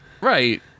Right